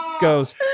goes